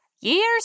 Years